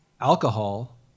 alcohol